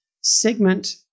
segment